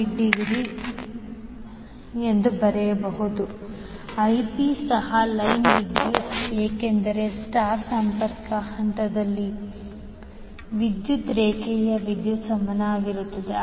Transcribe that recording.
Ip ಸಹ line ವಿದ್ಯುತ್ಏಕೆಂದರೆ star ಸಂಪರ್ಕಿತ ಹಂತದ ವಿದ್ಯುತ್ ರೇಖೆಯ ವಿದ್ಯುತ್ ಸಮಾನವಾಗಿರುತ್ತದೆ